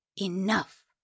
Enough